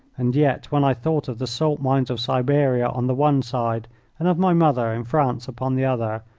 and yet when i thought of the salt-mines of siberia on the one side and of my mother in france upon the other,